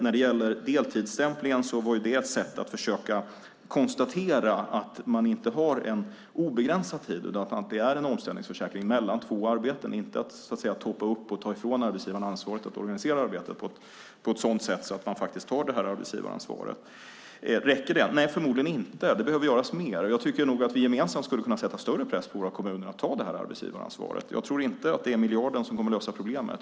När det gäller deltidsstämplingen var det ett sätt att försöka konstatera att man inte har en obegränsad tid, utan att det är en omställningsförsäkring mellan två arbeten. Det handlar inte om att toppa upp och ta ifrån arbetsgivaren ansvaret att organisera arbetet på ett sådant sätt att man tar arbetsgivaransvaret. Räcker det? Nej, förmodligen inte. Det behöver göras mer. Jag tycker att vi gemensamt skulle kunna sätta större press på våra kommuner att ta arbetsgivaransvaret. Jag tror inte att det är miljarden som kommer att lösa problemet.